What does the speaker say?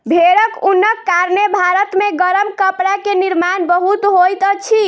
भेड़क ऊनक कारणेँ भारत मे गरम कपड़ा के निर्माण बहुत होइत अछि